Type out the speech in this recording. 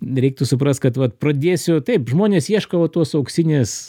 reiktų suprast kad vat pradėsiu taip žmonės ieško va tos auksinės